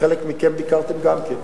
חלק מכם ביקרתי גם כן.